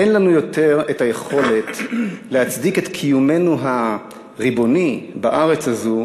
אין לנו עוד יכולת להצדיק את קיומנו הריבוני בארץ הזאת